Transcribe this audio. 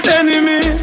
enemy